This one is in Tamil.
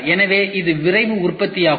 எனவே இது விரைவு உற்பத்தி ஆகும்